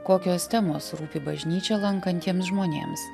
kokios temos rūpi bažnyčią lankantiems žmonėms